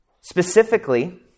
Specifically